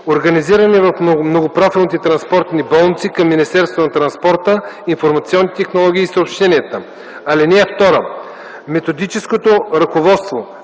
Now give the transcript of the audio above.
организирани в многопрофилните транспортни болници към Министерството на транспорта, информационните технологии и съобщенията. (2) Методическото ръководство